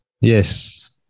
Yes